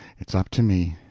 it's up to me.